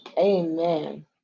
Amen